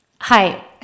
Hi